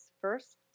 first